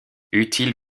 utiles